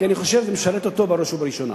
כי אני חושב שזה משרת אותו בראש ובראשונה.